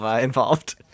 involved